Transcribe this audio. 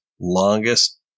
longest